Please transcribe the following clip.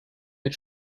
mit